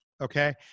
okay